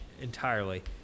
Entirely